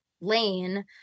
lane